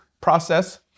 process